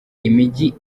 imijyi